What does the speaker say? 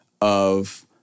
of-